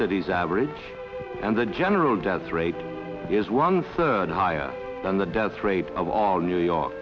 city's average and the general death rate is one third higher than the death rate of all new york